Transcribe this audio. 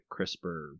CRISPR